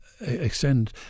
extend